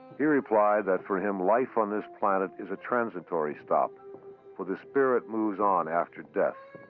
he replied that, for him, life on this planet is a transitory stop for the spirit moves on after death.